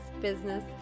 business